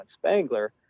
Spangler